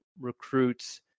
recruits